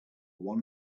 one